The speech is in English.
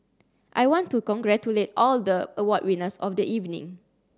I want to congratulate all the award winners of the evening